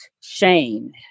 shame